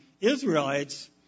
Israelites